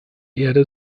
erde